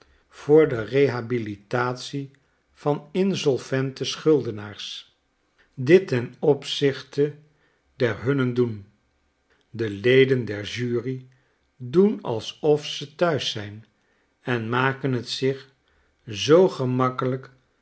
voor de rehabilitatie van insolvente schuldenaars dittenopzichtederhunnen doen de leden der jury doen alsof ze thuis zijn en maken t zich zoo gemakkelflk